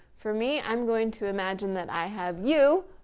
for me, i'm going to imagine that i have you,